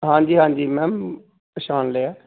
ਹਾਂਜੀ ਹਾਂਜੀ ਮੈਮ ਪਛਾਣ ਲਿਆ